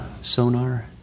Sonar